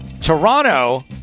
toronto